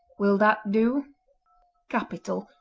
will that do capital,